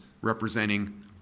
representing